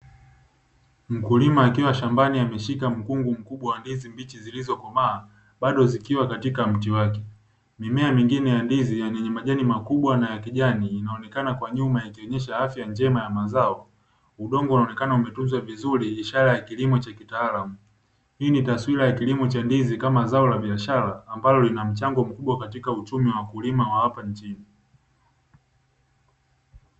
Mkilima akiwa shambani ameshika mkungu mkubwa wa ndizi zilizo komaa bado zikiwa katika mti wake, mimea mingine ya ndizi yenye majani makubwa na ya kijani inaonekana kwa nyuma ikionesha afya njema ya mazao, udongo unaonekana umetunzwa viziri ishara ya kilimo cha kitaalamu, hii ni taswira ya kilimo cha ndizi kama zao la biashara ambao lina mchango mkubwa katika uchumi wa wakulima hapa nchini.